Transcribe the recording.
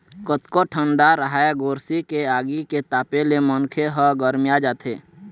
कतको ठंडा राहय गोरसी के आगी के तापे ले मनखे ह गरमिया जाथे